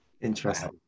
Interesting